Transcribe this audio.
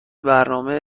برنامه